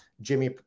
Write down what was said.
Jimmy